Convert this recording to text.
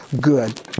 good